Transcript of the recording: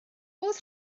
oedd